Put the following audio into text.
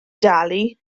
dalu